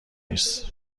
نیست